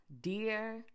Dear